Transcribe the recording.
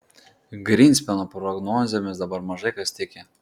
grynspeno prognozėmis dabar mažai kas tiki